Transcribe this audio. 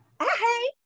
hi